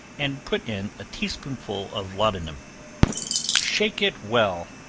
and put in a tea-spoonful of laudanum shake it well,